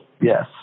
yes